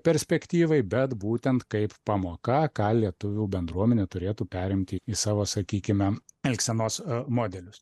perspektyvai bet būtent kaip pamoka ką lietuvių bendruomenė turėtų perimti į savo sakykime elgsenos modelius